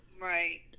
Right